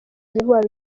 d’ivoir